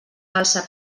alça